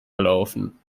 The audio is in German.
gelaufen